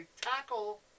tackle